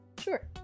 sure